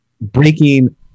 breaking